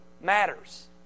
matters